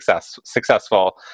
successful